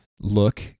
look